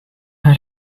her